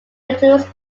includes